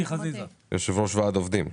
נשמע את ועד העובדים.